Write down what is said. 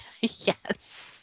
Yes